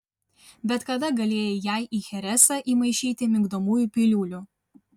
bet kada galėjai jai į cheresą įmaišyti migdomųjų piliulių